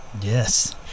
Yes